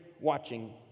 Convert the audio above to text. watching